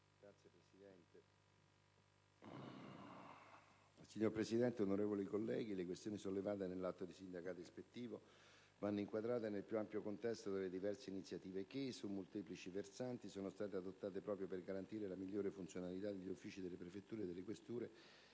per l'interno*. Signor Presidente, onorevoli colleghi, le questioni sollevate nell'atto di sindacato ispettivo vanno inquadrate nel più ampio contesto delle diverse iniziative che, su molteplici versanti, sono state adottate proprio per garantire la migliore funzionalità degli uffici delle prefetture e delle questure